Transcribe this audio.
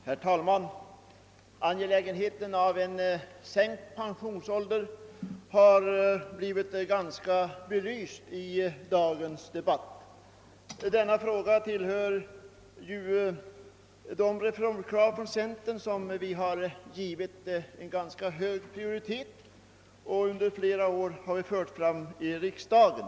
Herr talman! Angelägenheten av en sänkt pensionsålder har blivit ganska väl belyst i dagens debatt. Denna fråga tillhör de reformkrav som vi från centerpartiet givit en ganska hög prioritet och under flera år fört fram i riksdagen.